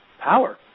power